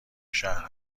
شهر